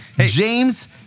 James